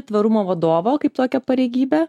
tvarumo vadovo kaip tokią pareigybę